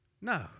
No